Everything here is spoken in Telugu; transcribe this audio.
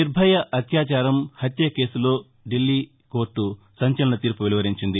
నిర్భయ అత్యాచారం హత్య కేసులో ఢిల్లీ కోర్టు సంచలన తీర్పు వెలువరించింది